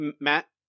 matt